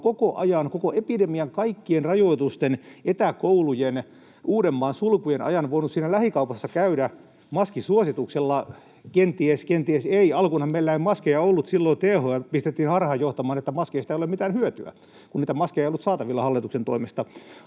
koko ajan, koko epidemian ja kaikkien rajoitusten — etäkoulujen, Uudenmaan sulkujen — ajan voinut käydä, maskisuosituksella kenties, kenties ei? Alkuunhan meillä ei maskeja ollut. Silloin THL pistettiin johtamaan harhaan, että maskeista ei ole mitään hyötyä, kun niitä maskeja ei ollut saatavilla hallituksen toimesta.